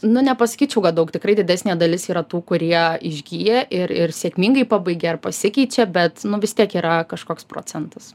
nu nepasakyčiau kad daug tikrai didesnė dalis yra tų kurie išgyja ir ir sėkmingai pabaigia ar pasikeičia bet vis tiek yra kažkoks procentas